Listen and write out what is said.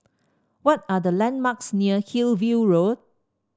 what are the landmarks near Hillview Road